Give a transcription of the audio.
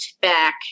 back